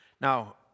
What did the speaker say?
Now